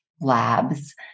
labs